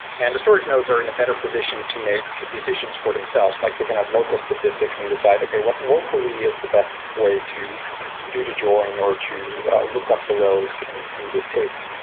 and the storage nodes are in a better position to make decisions for themselves, like they can have local statistics and decide, okay. what locally is the best way to do the join or to look up the rows and in this table?